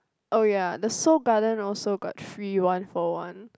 oh ya the Seoul Garden also got free one for one